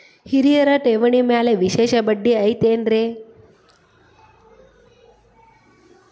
ಹಿರಿಯರ ಠೇವಣಿ ಮ್ಯಾಲೆ ವಿಶೇಷ ಬಡ್ಡಿ ಐತೇನ್ರಿ?